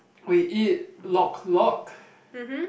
we eat Lok Lok